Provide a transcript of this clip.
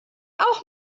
auch